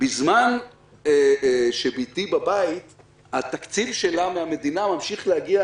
בזמן שבתי בבית התקציב שלה מן המדינה ממשיך להגיע